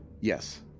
Yes